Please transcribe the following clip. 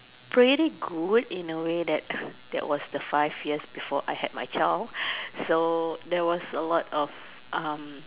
pretty good in a way that that was the five years before I had my child so there was a lot of um